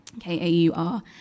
K-A-U-R